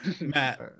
matt